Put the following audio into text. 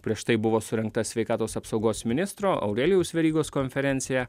prieš tai buvo surengta sveikatos apsaugos ministro aurelijaus verygos konferencija